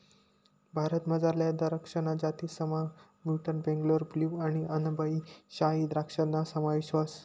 भारतमझारल्या दराक्षसना जातीसमा म्युटंट बेंगलोर ब्लू आणि अनब ई शाही द्रक्षासना समावेश व्हस